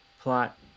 plot